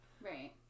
Right